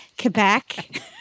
Quebec